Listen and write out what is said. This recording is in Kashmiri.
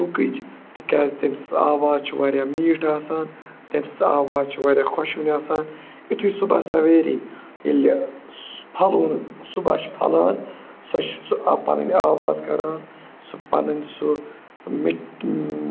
کُکٕچ تِکیٛازِ تٔمۍ سنٛز آواز چھُ واریاہ میٖٹھۍ آسان تٔمۍ سٕنٛز آواز چھِ واریاہ خۄشوُن آسان یُتھُے صُبح سویری ییٚلہِ پھَلوُن صُبح چھُ پھلان سۄ چھِ سُہ پَنٕنۍ آواز کَران سُہ پَنٕنۍ سُہ مِٹھ